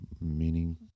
meaning